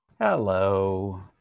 hello